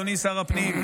אדוני שר הפנים,